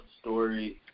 story